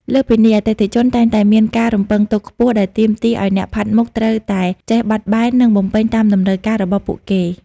លើសពីនេះ អតិថិជនតែងតែមានការរំពឹងទុកខ្ពស់ ដែលទាមទារឱ្យអ្នកផាត់មុខត្រូវតែចេះបត់បែន និងបំពេញតាមតម្រូវការរបស់ពួកគេ។